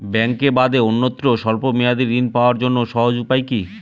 ব্যাঙ্কে বাদে অন্যত্র স্বল্প মেয়াদি ঋণ পাওয়ার জন্য সহজ উপায় কি?